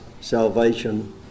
salvation